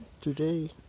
today